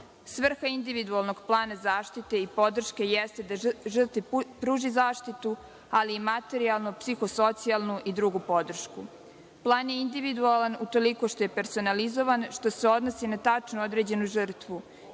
nisu. Svrha individualnog plana zaštite i podrške jeste da žrtvi pruži zaštitu, ali i materijalnu, psiho-socijalnu i drugu podršku. Plan je individualan utoliko što je personalizovan, što se odnosi na tačno određenu žrtvu,